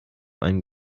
einem